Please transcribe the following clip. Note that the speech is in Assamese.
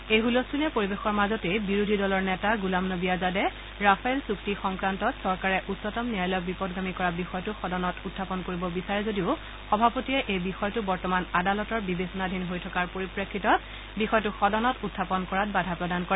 এই খুলস্থলীয়া পৰিৱেশৰ মাজতেই বিৰোধী দলৰ নেতা গুলাম নবী আজাদে ৰাফেল চুক্তি সংক্ৰান্তত চৰকাৰে উচ্চতম ন্যায়ালয়ক বিপথগামী কৰা বিষয়টো সদনত উত্থাপন কৰিব বিচাৰে যদিও সভাপতিয়ে এই বিষয়টো বৰ্তমান আদালতৰ বিবেচনাধীন হৈ থকাৰ পৰিপ্ৰেক্ষিতত বিষয়টো সদনত উখাপন কৰাত বাধা প্ৰদান কৰে